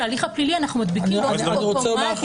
ההליך הפלילי אנחנו מדביקים באופן אוטומטי ומייחסים.